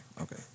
Okay